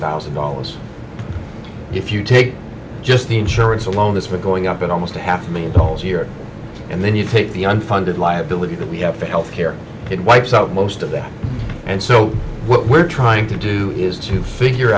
thousand dollars if you take just the insurance alone as we're going up at almost a half million dollars a year and then you take the unfunded liability that we have for health care it wipes out most of that and so what we're trying to do is to figure